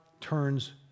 turns